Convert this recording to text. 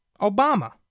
Obama